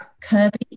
Kirby